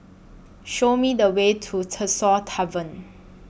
Show Me The Way to Tresor Tavern